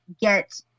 get